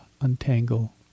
untangle